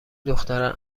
دختران